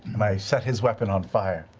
and i set his weapon on fire.